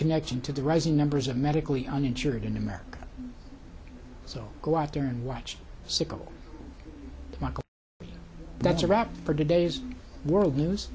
connection to the rising numbers of medically uninsured in america so go out there and watch sicko michael that's a wrap for today's world news